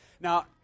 Now